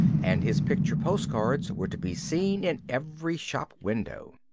and his picture postcards were to be seen in every shop window.